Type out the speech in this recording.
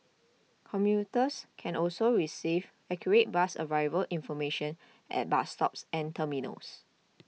commuters can also receive accurate bus arrival information at bus stops and terminals